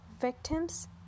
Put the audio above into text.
Victims